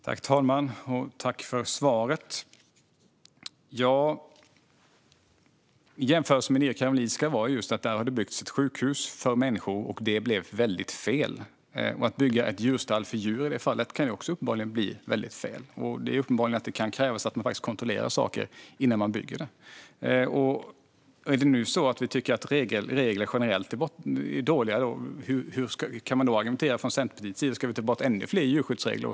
Fru talman! Tack, Ulrika Heie, för svaret! Min jämförelse med Nya Karolinska handlade just om att det hade byggts ett sjukhus för människor, och det blev väldigt fel. Att bygga ett djurstall kan uppenbarligen också bli väldigt fel. Det kan krävas att man faktiskt kontrollerar saker innan man bygger. Om vi nu tycker att regler generellt är dåliga, hur kan man då argumentera från Centerpartiets sida? Ska vi ta bort ännu fler djurskyddsregler?